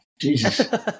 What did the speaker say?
Jesus